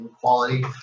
quality